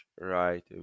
right